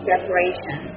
separation